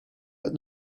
that